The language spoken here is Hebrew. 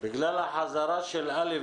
ידוע שכ-50% מהחברה הערבית נמצאת בדרום.